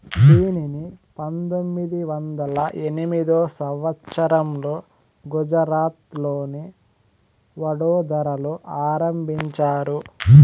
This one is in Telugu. దీనిని పంతొమ్మిది వందల ఎనిమిదో సంవచ్చరంలో గుజరాత్లోని వడోదరలో ఆరంభించారు